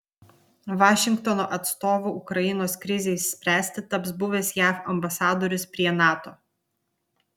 vašingtono atstovu ukrainos krizei spręsti taps buvęs jav ambasadorius prie nato